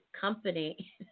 company